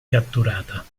catturata